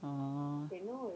嗯